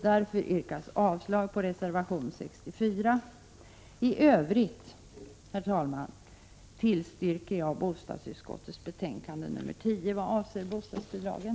Således yrkar jag avslag på reservation 64. I övrigt tillstyrker jag hemställan i bostadsutskottets betänkande 10 avseende bostadsbidragen.